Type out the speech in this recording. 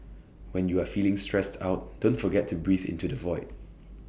when you are feeling stressed out don't forget to breathe into the void